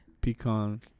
pecan